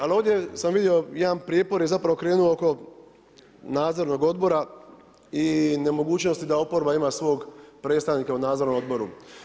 Ali, ovdje sam vidio, jedan prijepor je zapravo krenuo oko nadzornog odbora i nemogućnosti, da oporba ima svog predstavnika u nadzornom odboru.